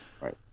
Right